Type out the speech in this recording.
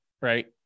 right